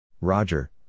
Roger